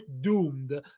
doomed